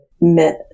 met